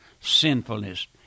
sinfulness